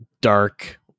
dark